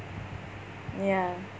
ya